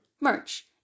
Merch